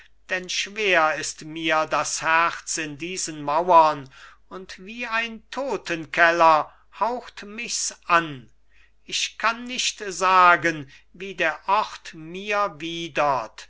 denn schwer ist mir das herz in diesen mauren und wie ein totenkeller haucht michs an ich kann nicht sagen wie der ort mir widert